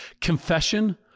confession